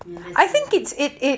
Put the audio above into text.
ya that's true